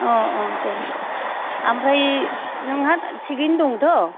अ' अ' दे आमफ्राय नोंहा थिगैनो दंथ'